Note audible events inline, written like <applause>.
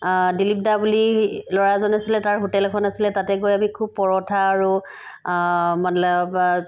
দিলীপ দা বুলি ল'ৰা এজন আছিলে তাৰ হোটেল এখন আছিলে তাতে গৈ আমি খুব পৰথা আৰু <unintelligible>